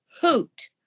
hoot